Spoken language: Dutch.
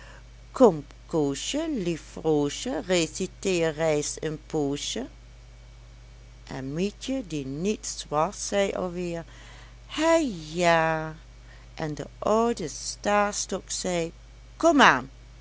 koosje lief roosje reciteer reis een poosje en mietje die niets was zei alweer hè ja en de oude stastok zei